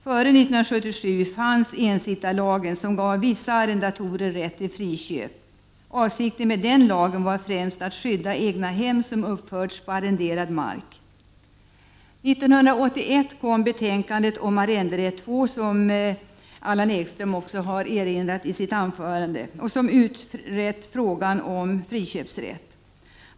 Före 1977 fanns ensittarlagen, som gav vissa arrendatorer rätt till friköp. Avsikten med den lagen var främst att skydda egnahem som uppförts på arrenderad mark. 1981 kom betänkandet om Arrenderätt 2, som Allan Ekström erinrade om i sitt anförande. Där hade man utrett frågan om friköpsrätt.